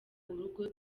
urugo